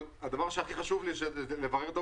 אבל הדבר שהכי חשוב לי זה לברר את העובדות.